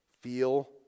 Feel